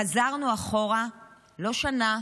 חזרנו אחורה לא שנה,